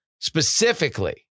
Specifically